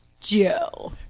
Joe